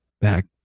Back